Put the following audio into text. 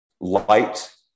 light